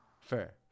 Fair